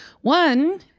One